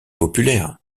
populaires